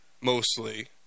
mostly